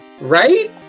Right